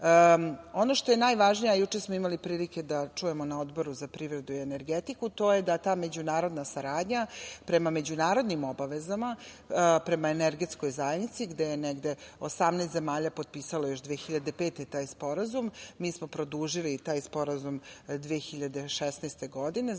što je najvažnije, a juče smo imali prilike da čujemo na Odboru za privredu i energetiku, to je da ta međunarodna saradnja prema međunarodnim obavezama, prema energetskoj zajednici, gde je 18 zemalja potpisalo još 2005. godine, taj Sporazum. Mi smo produžili taj Sporazum 2016. godine,